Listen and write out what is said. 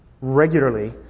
regularly